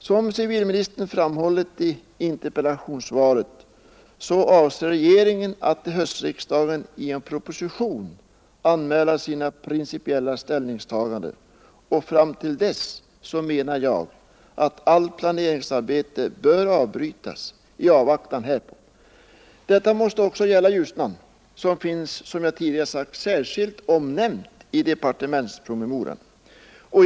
Som civilministern framhållit i interpellationssvaret avser regeringen att till höstriksdagen i en proposition anmäla sina principiella ställningstaganden, och till dess menar jag att allt planeringsarbete bör avbrytas i avvaktan härpå. Detta måste också gälla Ljusnan, vilken som jag tidigare sagt finns särskilt omnämnd i departementspromemorian.